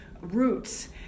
roots